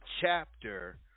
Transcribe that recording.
chapter